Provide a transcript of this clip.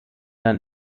dann